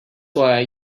why